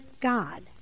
God